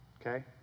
okay